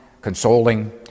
consoling